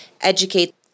educate